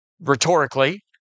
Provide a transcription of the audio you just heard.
Rhetorically